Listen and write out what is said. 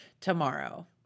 tomorrow